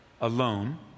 alone